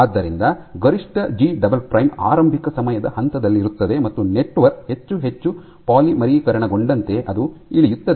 ಆದ್ದರಿಂದ ಗರಿಷ್ಠ G double prime ಆರಂಭಿಕ ಸಮಯದ ಹಂತದಲ್ಲಿರುತ್ತದೆ ಮತ್ತು ನೆಟ್ವರ್ಕ್ ಹೆಚ್ಚು ಹೆಚ್ಚು ಪಾಲಿಮರೀಕರಣಗೊಂಡಂತೆ ಅದು ಇಳಿಯುತ್ತದೆ